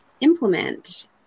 implement